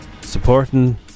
Supporting